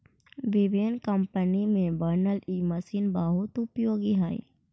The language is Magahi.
विभिन्न कम्पनी में बनल इ मशीन बहुत उपयोगी हई